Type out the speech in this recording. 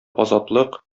азатлык